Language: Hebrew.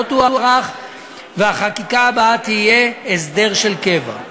תוארך והחקיקה הבאה תהיה הסדר של קבע.